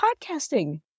podcasting